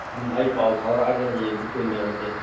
ꯑꯗꯨꯝ ꯑꯩ ꯄꯥꯎ ꯐꯥꯎꯔꯛꯑꯒꯦ ꯍꯌꯦꯡꯁꯤ ꯊꯦꯡꯅꯔꯁꯦ